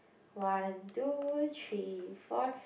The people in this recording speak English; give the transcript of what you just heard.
one two three four